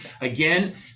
again